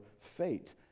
fate